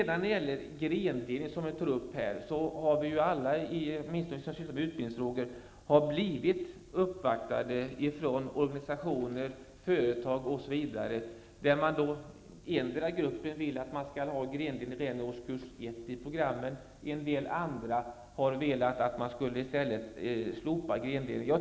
När det gäller grendelning har vi alla som sysslar med utbildningsfrågor blivit uppvaktade av organisationer, företag osv. Den ena gruppen vill att man skall ha grendelning redan i årskurs 1 i programmet, medan andra grupper vill att man skall slopa grendelningen.